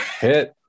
hit